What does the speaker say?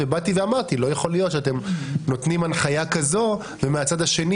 לכן אמרתי שלא יכול להיות שאתם נותנים הנחיה כזאת ומצד שני